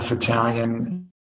Italian